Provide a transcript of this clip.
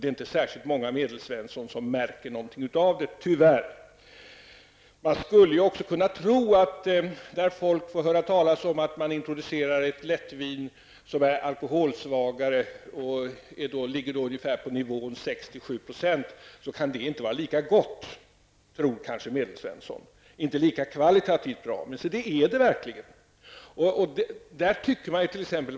Det är inte särskilt många Medelsvenssons som märker något av det, tyvärr. När folk får höra talas om att man introducerar ett lättvin som är alkoholsvagare, 6--7 %, kanske Medelsvensson tror att det inte är lika gott och lika kvalitativt bra, men det är det verkligen.